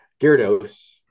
Gyarados